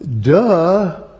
duh